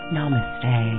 Namaste